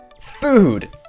Food